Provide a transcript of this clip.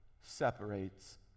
separates